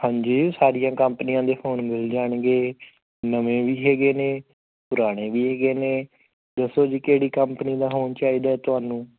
ਹਾਂਜੀ ਸਾਰੀਆਂ ਕੰਪਨੀਆਂ ਦੇ ਫੋਨ ਮਿਲ ਜਾਣਗੇ ਨਵੇਂ ਵੀ ਹੈਗੇ ਨੇ ਪੁਰਾਣੇ ਵੀ ਹੈਗੇ ਨੇ ਦੱਸੋ ਜੀ ਕਿਹੜੀ ਕੰਪਨੀ ਦਾ ਫੋਨ ਚਾਹੀਦਾ ਤੁਹਾਨੂੰ